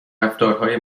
رفتارهای